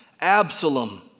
Absalom